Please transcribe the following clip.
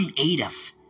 creative